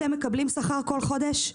אתם מקבלים שכר כל חודש?